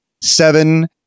seven